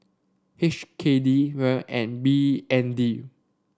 H K D Riel and B N D